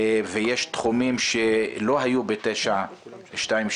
ויש תחומים שלא היו ב-922,